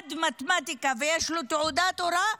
שלמד מתמטיקה ויש לו תעודת הוראה,